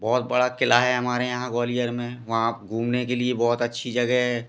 बहुत बड़ा किला है हमारे यहाँ ग्वालियर में वहाँ घूमने के लिए बहुत अच्छी जगह है